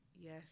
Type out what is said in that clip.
Yes